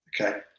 okay